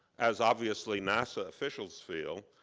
as, obviously, nasa officials feel,